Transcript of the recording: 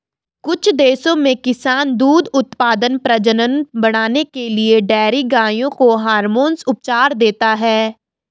कुछ देशों में किसान दूध उत्पादन, प्रजनन बढ़ाने के लिए डेयरी गायों को हार्मोन उपचार देते हैं